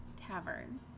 tavern